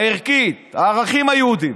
הערכית, לערכים היהודיים.